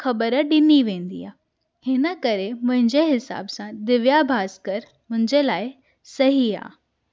ख़बर ॾिनी वेंदी आहे हिन करे मुंहिंजे हिसाब सां दिव्या भास्कर मुंहिंजे लाइ सही आहे